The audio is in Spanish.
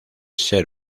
ser